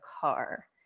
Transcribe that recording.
car